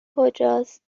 کجاست